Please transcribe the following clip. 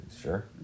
Sure